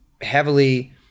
heavily